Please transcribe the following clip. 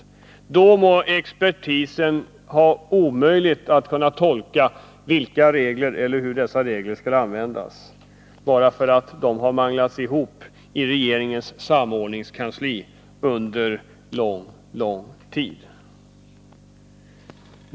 Då må det vara omöjligt för expertisen att tolka reglerna eller avgöra vilka regler som skall användas — bara för att de bestämmelserna har manglats ihop i regeringens samordningskansli under mycket lång tid.